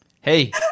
Hey